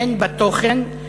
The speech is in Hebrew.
הן בתוכן,